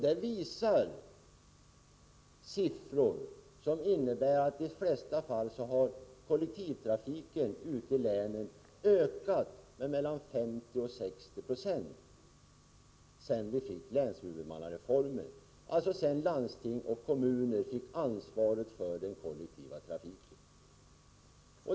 Det finns siffror som visar att kollektivtrafiken ute i länen i de flesta fall ökat med mellan 50 och 60 96 sedan vi fick denna reform, alltså sedan landsting och kommuner fick ansvaret för kollektivtrafiken.